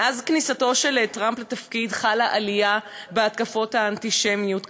מאז כניסתו של טראמפ לתפקיד חלה עלייה בהתקפות האנטישמיות כאן,